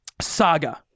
Saga